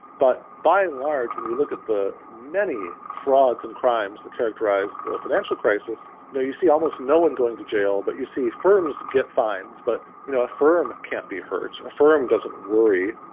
but by and large when you look at the many frauds and crimes that characterise the financial crisis, you see almost no one going to jail but you see firms get fines, but you know a firm can't be hurt, a firm doesn't worry,